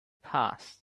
passed